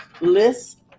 list